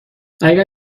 اگر